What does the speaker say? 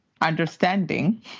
understanding